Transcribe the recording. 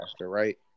right